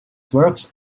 works